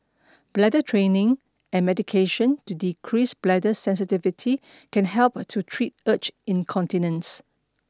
bladder training and medication to decrease bladder sensitivity can help to treat urge incontinence